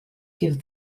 give